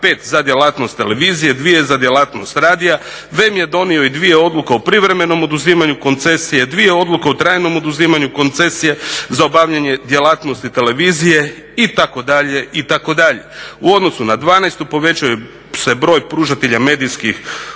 5 za djelatnost televizije, 2 za djelatnost radija, VEM je donio i 2 odluke o privremenom oduzimanju koncesije, 2 odluke o trajnom oduzimanju koncesije za obavljanje djelatnosti televizije itd., itd. u odnosu na '12.-tu povećao se broj pružatelja medijskih